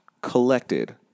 collected